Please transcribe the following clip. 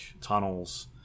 tunnels